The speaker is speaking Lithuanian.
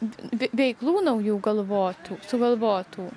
veiklų naujų galvotų sugalvotų